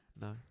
no